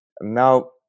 Now